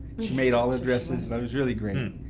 she made all dresses, and it was really great.